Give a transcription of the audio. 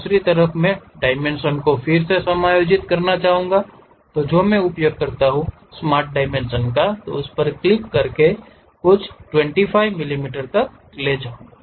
दूसरी तरफ मैं डायमेंशन को फिर से समायोजित करना चाहूंगा जो मैं उपयोग कर सकता हूं उस पर क्लिक करें इसे कुछ 25 मिलीमीटर तक ले जाएं